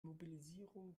mobilisierung